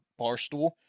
Barstool